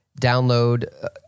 download